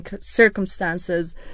circumstances